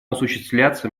осуществляться